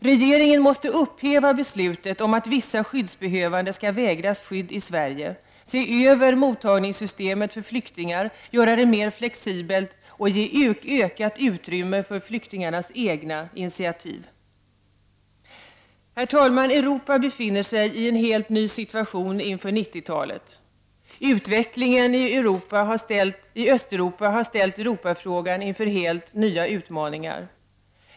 Regeringen måste upphäva beslutet om att vissa skyddsbehövande skall vägras skydd i Sverige, se över mottagningssystemet för flyktingar, göra det mer flexibelt och ge ökat utrymme för flyktingarnas egna initiativ. Herr talman! Europa befinner sig i en ny situation inför 1990-talet. Utvecklingen i Östeuropa har ställt Europafrågan inför helt nya utmaningar.